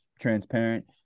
transparent